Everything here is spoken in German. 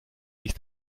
nicht